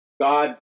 God